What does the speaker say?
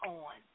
on